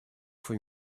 from